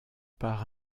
part